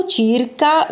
circa